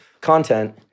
content